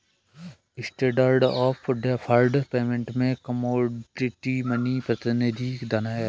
standard of deferred payment में commodity money प्रतिनिधि धन हैं